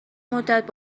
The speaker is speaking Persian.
مدت